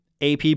AP